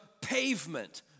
pavement